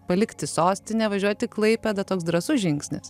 palikti sostinę važiuot į klaipėdą toks drąsus žingsnis